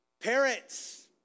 Parents